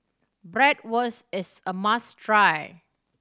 bratwurst is a must try